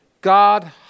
God